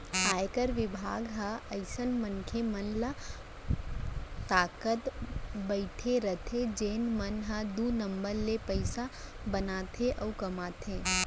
आयकर बिभाग ह अइसन मनसे मन ल ताकत बइठे रइथे जेन मन ह दू नंबर ले पइसा बनाथे अउ कमाथे